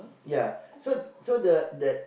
ya so so the the